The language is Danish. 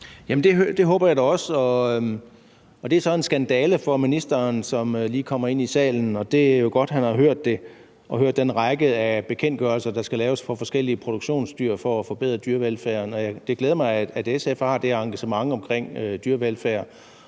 det håber jeg da også. Og det er så en skandale for ministeren, som lige kommer ind i salen. Og det er jo godt, han har hørt det og hørt om den række af bekendtgørelser, der skal laves for forskellige produktionsdyr for at forbedre dyrevelfærden. Det glæder mig, at SF har det her engagement omkring dyrevelfærd,